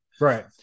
right